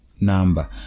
number